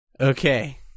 okay